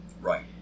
Right